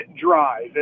drive